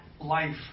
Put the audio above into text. life